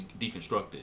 deconstructed